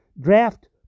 draft